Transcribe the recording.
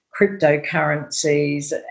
cryptocurrencies